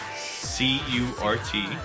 C-U-R-T